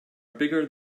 bigger